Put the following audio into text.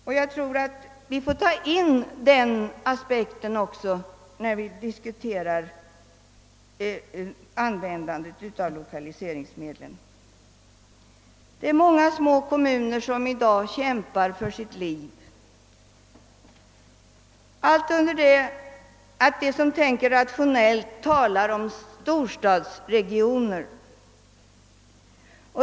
Också detta bör vi ta hänsyn till när vi diskuterar användandet av lokaliseringsmedlen. Många små kommuner kämpar i dag för sitt liv, samtidigt som de som tänker rationellt talar om storstadsregioner.